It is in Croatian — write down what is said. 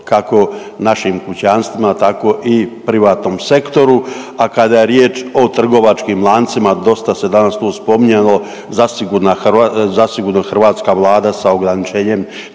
kako našim kućanstvima tako i privatnom sektoru. A kada je riječ o trgovačkim lancima dosta se danas tu spominjalo zasigurna hrvat… zasigurno hrvatska Vlada sa ograničenjem